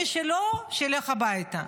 מי שלא, שילך הביתה.